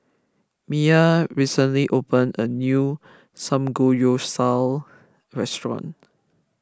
Miah recently opened a new Samgeyopsal restaurant